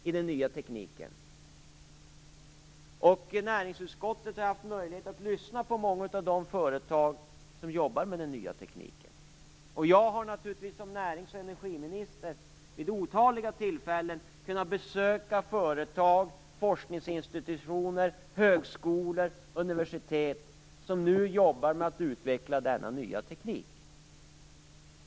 Näringsutskottet har haft möjlighet att lyssna till representanter från många av de företag som arbetar med den nya tekniken. Som närings och energiminister har jag vid otaliga tillfällen kunnat besöka företag, forskningsinstitutioner, högskolor och universitet som nu jobbar med att utveckla denna nya teknik.